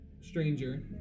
stranger